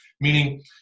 Meaning